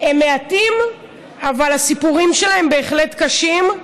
הם מעטים, אבל הסיפורים שלהם בהחלט קשים.